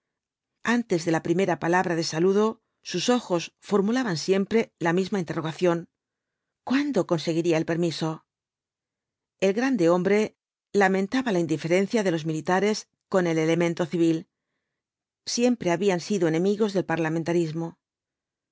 antes de la primera palabra de saludo sus ojos formulaban siempre la misma interrogación cuándo conseguiría el permiso el grande hombre lamentaba la indiferencia de los militares con el elemento civil siempre habían sido enemigos del parlamentarismo